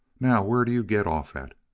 now where do you get off at?